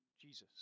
Jesus